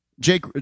Jake